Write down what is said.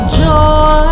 joy